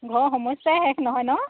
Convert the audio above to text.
ঘৰৰ সমস্যাই শেষ নহয় ন